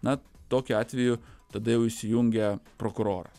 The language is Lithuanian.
na tokiu atveju tada jau įsijungia prokuroras